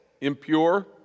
impure